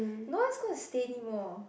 no one's gonna to stay anymore